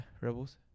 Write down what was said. Rebels